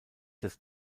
des